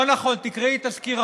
זה מה שהוא אמר.